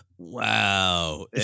wow